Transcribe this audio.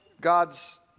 God's